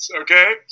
okay